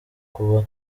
kuba